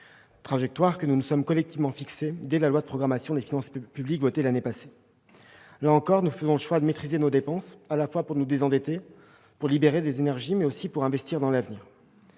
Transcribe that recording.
objectif que nous nous sommes collectivement fixé dès le vote de la loi de programmation des finances publiques, l'année passée. Là encore, nous faisons ce choix de maîtriser nos dépenses, à la fois pour nous désendetter, pour libérer les énergies, mais aussi pour investir dans l'avenir.